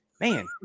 man